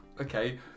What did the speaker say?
Okay